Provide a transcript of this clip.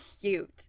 cute